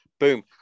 Boom